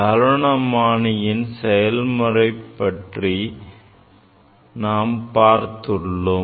கால்வனாமானியின் செயல்பாட்டு முறை பற்றி நாம் பார்த்தோம்